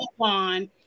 on